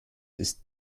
ist